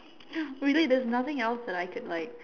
really there's nothing else that I could like